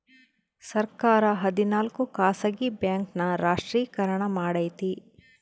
ಸರ್ಕಾರ ಹದಿನಾಲ್ಕು ಖಾಸಗಿ ಬ್ಯಾಂಕ್ ನ ರಾಷ್ಟ್ರೀಕರಣ ಮಾಡೈತಿ